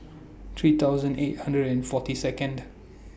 three thousand eight hundred and forty Second